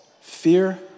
fear